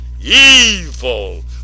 evil